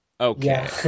Okay